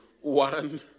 One